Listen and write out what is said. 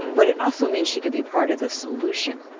but it also means she could be part of the solution.